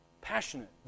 Passionate